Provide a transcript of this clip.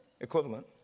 equivalent